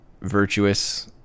virtuous